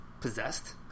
Possessed